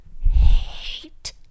hate